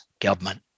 government